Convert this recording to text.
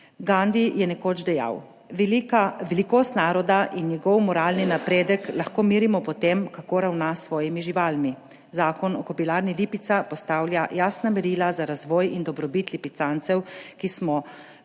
Gandhi je nekoč dejal: Velikost naroda in njegov moralni napredek lahko merimo po tem, kako ravna s svojimi živalmi. Zakon o Kobilarni Lipica postavlja jasna merila za razvoj in dobrobit lipicancev, ki so